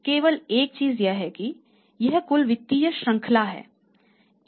केवल एक चीज यह है कि यह कुल वित्तीय श्रृंखला है